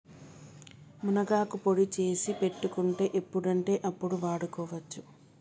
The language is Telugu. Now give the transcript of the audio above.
మునగాకు పొడి చేసి పెట్టుకుంటే ఎప్పుడంటే అప్పడు వాడుకోవచ్చు